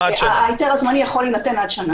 ההיתר הזמני יכול להינתן עד שנה.